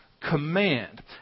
command